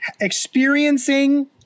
experiencing